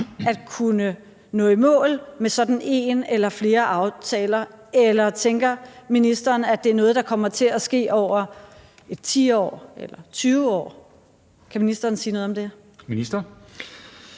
at kunne nå i mål med sådan en eller flere aftaler, eller tænker ministeren, at det er noget, der kommer til at ske over en 10-årig eller 20-årig periode? Kan ministeren sige noget om det?